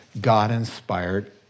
God-inspired